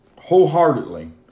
wholeheartedly